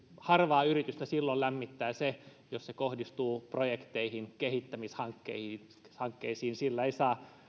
harvaa yritystä silloin lämmittää jos se kohdistuu projekteihin ja kehittämishankkeisiin sillä ei saa